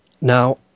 Now